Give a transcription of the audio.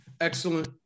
Excellent